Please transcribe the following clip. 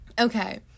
okay